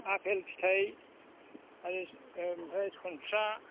आफेल फिथाइ ओमफ्राय सनस्रा